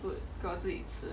food 给我自己吃